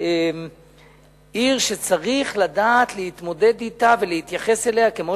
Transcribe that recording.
עיר שצריך לדעת להתמודד אתה ולהתייחס אליה כמו